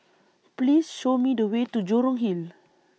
Please Show Me The Way to Jurong Hill